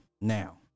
Now